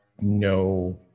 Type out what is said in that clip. no